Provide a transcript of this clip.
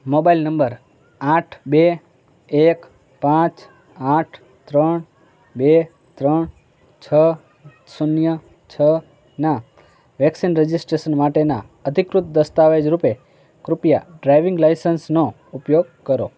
mobile number આઠ બે એક પાંચ આઠ ત્રણ બે ત્રણ છ શૂન્ય છના વેક્સિન રજિસ્ટ્રેશન માટેના અધિકૃત દસ્તાવેજ રૂપે કૃપયા ડ્રાઈવિંગ લાઇસન્સનો ઉપયોગ કરો